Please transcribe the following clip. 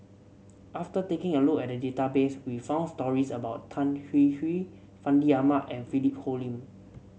after taking a look at the database we found stories about Tan Hwee Hwee Fandi Ahmad and Philip Hoalim